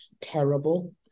terrible